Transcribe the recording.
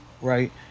right